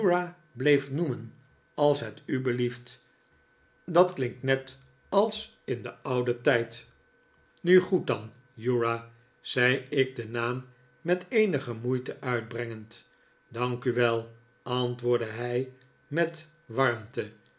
als het u belieft dat klinkt net als in den ouden tijd nu goed dan uriah zei ik den naam met eeriige moeite uitbrengend dank u wel antwoordde hij met warmte